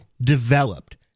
developed